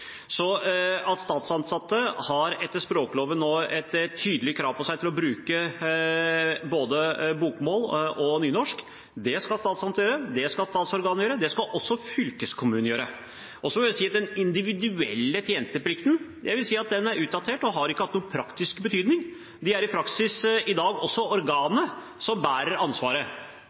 Statsansatte har etter språkloven nå et tydelig krav på seg til å bruke både bokmål og nynorsk. Det skal statsansatte gjøre, det skal statsorgan gjøre, og det skal også fylkeskommunen gjøre. Så vil jeg si at den individuelle tjenesteplikten er utdatert og ikke har hatt noen praktisk betydning. Det er i praksis i dag også organet som bærer ansvaret.